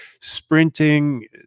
sprinting